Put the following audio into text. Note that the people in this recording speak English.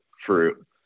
Fruit